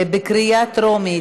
בקריאה טרומית.